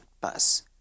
bus